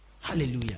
hallelujah